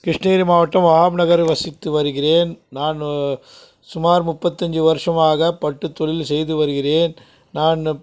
கிருஷ்ணகிரி மாவட்டம் வகாப் நகரில் வசித்து வருகிறேன் நான் சுமார் முப்பத்து அஞ்சு வருஷமாக பட்டு தொழில் செய்து வருகிறேன் நான்